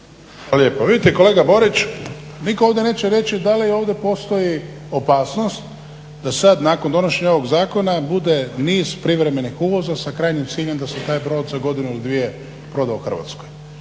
lijepa. Vidite kolega Borić, nitko ovdje neće reći da li ovdje postoji opasnost da sad nakon donošenja ovog zakona bude niz privremenih uvoza sa krajnjim ciljem da se taj brod za godinu ili dvije proda u Hrvatskoj.